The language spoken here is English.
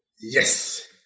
Yes